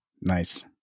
Nice